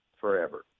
forever